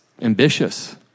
ambitious